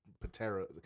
Patera